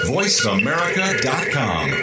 VoiceAmerica.com